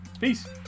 Peace